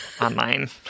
online